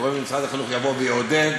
גורם ממשרד החינוך יבוא ויעודד?